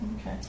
Okay